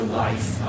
life